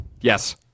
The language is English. Yes